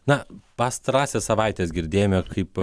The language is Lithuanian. na pastarąsias savaites girdėjome kaip